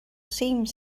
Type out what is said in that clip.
seems